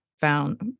found